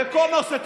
בכל נושא,